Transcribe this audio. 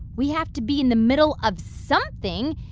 we have to be in the middle of something.